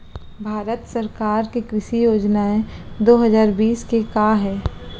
भारत सरकार के कृषि योजनाएं दो हजार बीस के का हे?